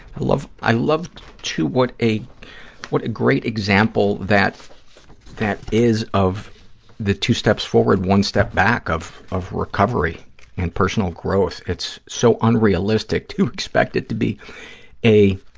i love, too, what a what a great example that that is of the two steps forward, one step back of of recovery and personal growth. it's so unrealistic to expect it to be a